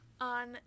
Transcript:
On